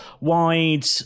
wide